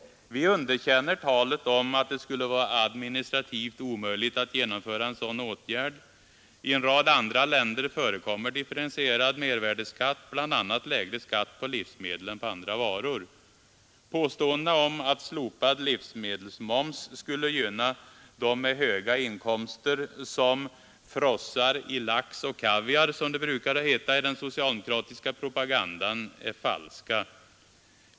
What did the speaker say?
Vi underkänner talet om att det skulle vara administrativt omöjligt att genomföra en sådan åtgärd. I en rad andra länder förekommer differentierad mervärdeskatt, bl.a. lägre skatt på livsmedel än på andra varor. Påståendena att slopad livsmedelsmoms skulle gynna dem med höga inkomster som ”frossar i lax och kaviar”, som det brukar heta i den socialdemokratiska propagandan, är falska.